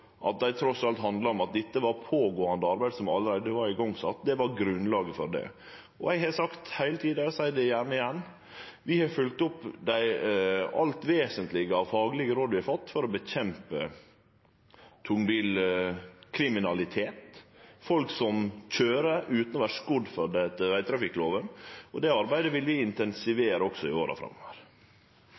at dette trass alt handla om eit pågåande arbeid som allereie var sett i gang. Det var grunnlaget for det. Eg har sagt heile tida og seier det gjerne igjen: Vi har følgt opp det alt vesentlege av faglege råd vi har fått for å kjempe mot tungbilkriminalitet – folk som køyrer utan å vere skodde for det etter vegtrafikkloven – og det arbeidet vil vi intensivere også i åra framover.